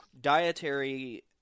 Dietary